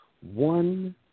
one